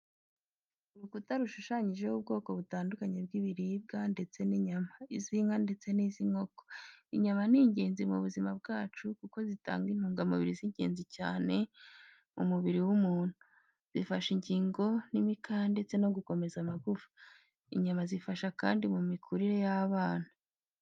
Urukuta rushushanyijeho ubwoko butandukanye bw'ibiribwa, ndetse n'inyama, iz’inka ndetse n’inkoko. Inyama ni ingenzi ku buzima bwacu kuko zitanga intungamubiri z’ingenzi cyane mu mubiri w’umuntu, zifasha ingingo n’imikaya, ndetse no gukomeza amagufa. Inyama zifasha kandi mu mikurire y’abana.